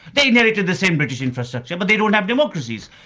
they inherited the same british infrastructure but they don't have democracies.